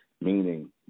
meaning